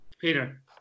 Peter